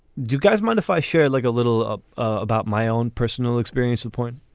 do you guys mind if i share like a little about my own personal experience of point?